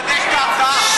לחדש את ההרתעה.